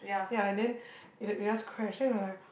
ya and then it just it just crashed then we're like